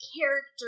character